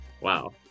wow